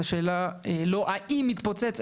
והשאלה היא לא אם יתפוצץ,